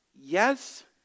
yes